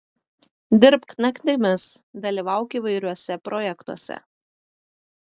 dirbk naktimis dalyvauk įvairiuose projektuose